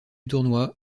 tournoi